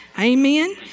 Amen